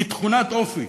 היא תכונת אופי.